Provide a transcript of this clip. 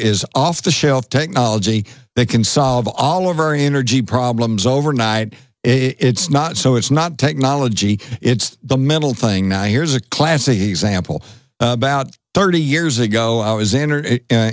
is off the shelf technology that can solve all of our energy problems overnight it's not so it's not technology it's the mental thing now here's a classy example about thirty years ago i was in or